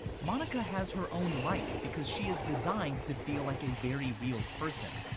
monica has her own life because she is designed to feel like a very real person.